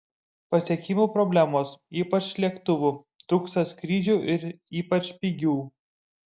pasiekimo problemos ypač lėktuvų trūksta skrydžių ir ypač pigių